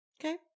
okay